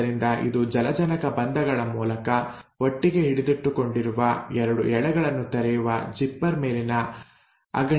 ಆದ್ದರಿಂದ ಇದು ಜಲಜನಕ ಬಂಧಗಳ ಮೂಲಕ ಒಟ್ಟಿಗೆ ಹಿಡಿದಿಟ್ಟುಕೊಂಡಿರುವ ಎರಡು ಎಳೆಗಳನ್ನು ತೆರೆಯುವ ಜಿಪ್ಪರ್ ಮೇಲಿನ ಅಗಣಿಯಂತಿದೆ